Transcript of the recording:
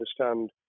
understand